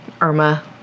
Irma